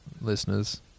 Listeners